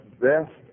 best